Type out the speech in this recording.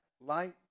light